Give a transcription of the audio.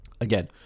again